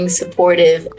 supportive